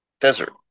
Desert